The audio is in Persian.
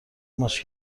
ماچ